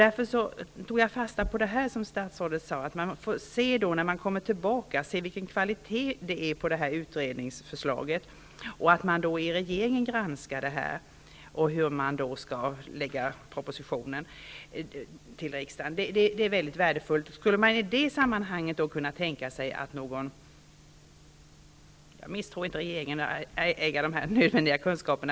Därför tog jag fasta på det som statsrådet sade, nämligen att vi får se sedan när synpunkterna kommer vad det är för kvalitet på utredningsförslaget. Det är viktigt att regeringen gör en granskning inför den proposition som skall läggas fram för riksdagen. Det är väldigt värdefullt. Jag misstror inte regeringen och det är heller inte så, att jag tror att regeringen saknar nödvändiga kunskaper.